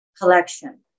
collection